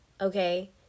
Okay